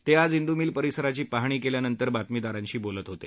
ते आज इंदू मिल परिसराची पाहणी केल्यानंतर बातमीदारांशी बोलत होते